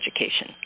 education